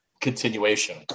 continuation